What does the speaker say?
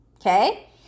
okay